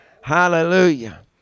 Hallelujah